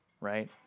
right